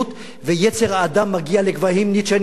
ויצר האדם מגיע לגבהים ניטשיאניים כאלה,